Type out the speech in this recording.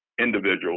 individuals